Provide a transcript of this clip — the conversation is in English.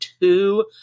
two